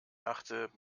dachte